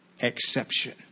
exception